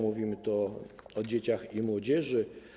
Mówimy tu o dzieciach i młodzieży.